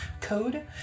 code